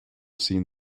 seen